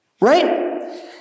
right